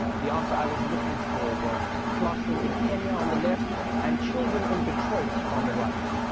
the the answer i was looking for was classroom in kenya on the left and children in detroit on the right.